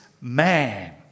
man